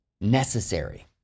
necessary